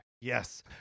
yes